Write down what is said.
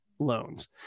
loans